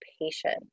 patience